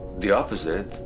the opposite,